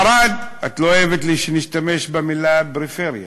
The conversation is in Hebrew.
ערד, את לא אוהבת שנשתמש במילה פריפריה,